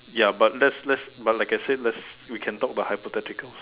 ya but let's let's but like I said let's we can talk about hypotheticals